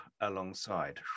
alongside